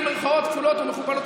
במירכאות כפולות ומכופלות.